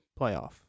playoff